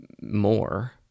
more